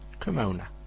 cremona,